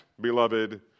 beloved